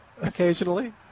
occasionally